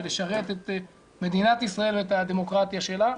ולשרת את מדינת ישראל ואת הדמוקרטיה שלה.